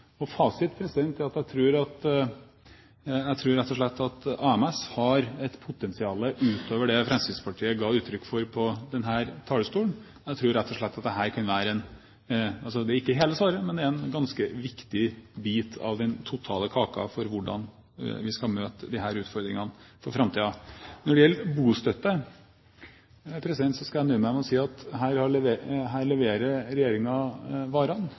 effekten. Fasit er at jeg tror at AMS rett og slett har et potensial utover det Fremskrittspartiet ga uttrykk for fra denne talerstolen. Jeg tror rett og slett at dette kunne vært – ikke hele svaret, men – en ganske viktig bit av den totale kaka når det gjelder hvordan vi skal møte disse utfordringene i framtiden. Når det gjelder bostøtte, skal jeg nøye meg med å si at her leverer regjeringen varene.